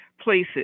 places